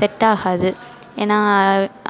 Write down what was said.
செட்டாகாது ஏன்னா